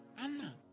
Anna